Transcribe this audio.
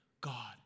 God